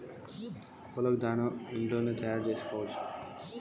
కోళ్లకు మేము దాణా ఇంట్లోనే తయారు చేసుకోవచ్చా?